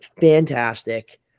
fantastic